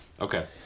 Okay